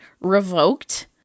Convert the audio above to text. revoked